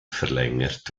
verlängert